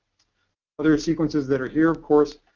other sequences that are here, of course,